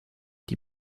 die